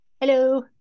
Hello